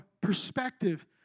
perspective